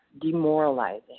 demoralizing